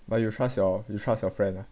but you trust your you trust your friend ah